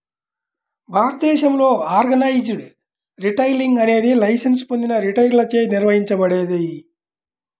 భారతదేశంలో organised retailing అనేది licence పొందిన రిటైలర్లచే నిర్వహించబడేది